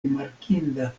rimarkinda